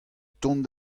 tont